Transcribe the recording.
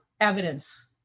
evidence